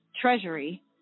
treasury